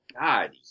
God